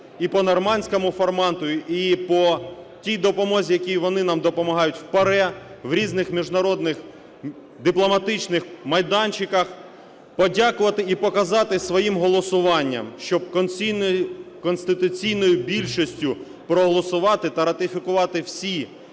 і по Нормандському формату, і по тій допомозі, якій вони нам допомагають в ПАРЄ, в різних міжнародних дипломатичних майданчиках. Подякувати і показати своїм голосуванням, щоб конституційною більшістю проголосувати та ратифікувати всі